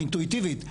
האינטואיטיבית,